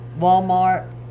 Walmart